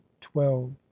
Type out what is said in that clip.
Twelve